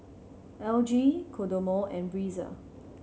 L G Kodomo and Breezer